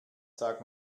sag